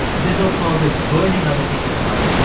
zizzo called this burning other people's money.